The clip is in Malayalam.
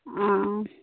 ആ